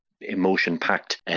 emotion-packed